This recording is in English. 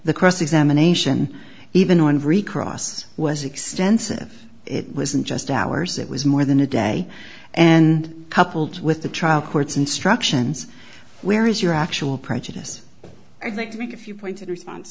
the cross examination even on every cross was extensive it wasn't just hours it was more than a day and coupled with the trial court's instructions where is your actual prejudice i'd like to make a few pointed response